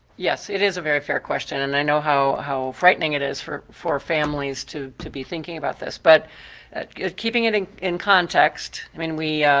yes, it is a very fair question and i know how how frightening it is for for families to to be thinking about this. but and keeping it ah in context, i mean, we,